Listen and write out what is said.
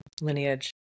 lineage